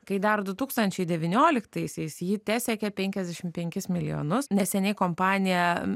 kai dar du tūkstančiai devynioliktaisiais ji tesiekė penkiasdešimt penkis milijonus neseniai kompanija